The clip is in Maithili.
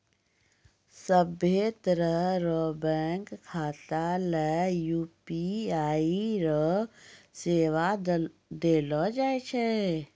सभ्भे तरह रो बैंक खाता ले यू.पी.आई रो सेवा देलो जाय छै